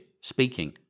speaking